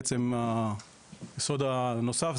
בעצם הסוד הנוסף,